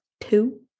two